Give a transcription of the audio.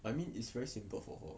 I mean it's very simple for her